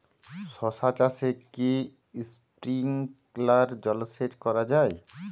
শশা চাষে কি স্প্রিঙ্কলার জলসেচ করা যায়?